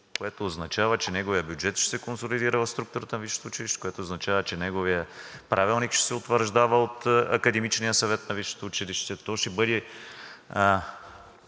което означава, че неговият бюджет ще се консолидира в структурата на висшето училище, че неговият правилник ще се утвърждава от академичния съвет на висшето училище,